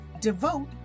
devote